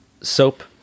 soap